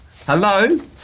Hello